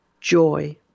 Joy